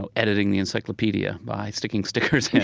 ah editing the encyclopedia, by sticking stickers in